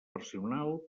personal